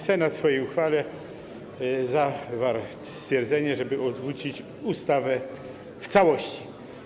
Senat w swojej uchwale zawarł stwierdzenie, żeby odrzucić ustawę w całości.